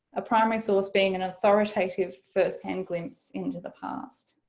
a primary source being an authoritative first-hand glimpse into the past.